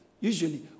Usually